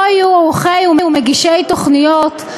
לא יהיו עורכי ומגישי תוכניות,